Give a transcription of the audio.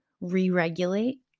re-regulate